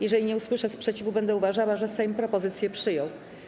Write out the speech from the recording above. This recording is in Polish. Jeżeli nie usłyszę sprzeciwu, będę uważała, że Sejm propozycję przyjął.